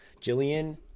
Jillian